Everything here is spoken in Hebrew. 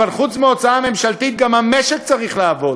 אבל חוץ מההוצאה הממשלתית גם המשק צריך לעבוד.